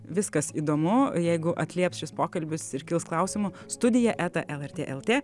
viskas įdomu jeigu atlieps šis pokalbis ir kils klausimų studija eta lrt lt